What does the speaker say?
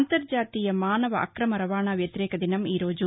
అంతర్జాతీయ మానవ అక్రమ రవాణా వ్యతిరేక దినం ఈరోజు